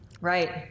Right